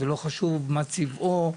ולא חשוב מה צבעו,